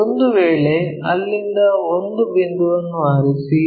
ಒಂದು ವೇಳೆ ಅಲ್ಲಿಂದ ಒಂದು ಬಿಂದುವನ್ನು ಆರಿಸಿ